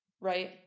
right